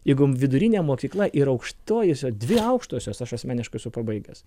jeigu vidurinė mokykla ir aukštojose dvi aukštosios aš asmeniškai su pabaigęs